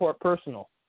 personal